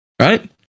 Right